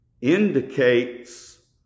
indicates